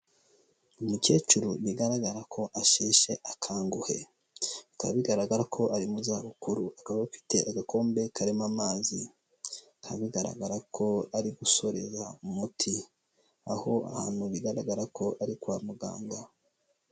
Umukecuru bigaragara ko asheshe akanguhe. Bikaba bigaragara ko ari mu zabukuru akaba afite agakombe karimo amazi. bikaba bigaragara ko ari gusoreza umuti, aho ahantu bigaragara ko ari kwa muganga.